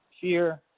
Fear